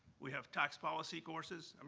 we have tax policy courses. um